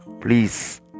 please